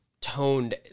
toned